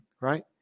right